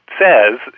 says